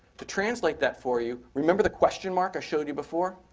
to translate that for you, remember the question mark i showed you before?